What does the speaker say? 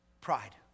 pride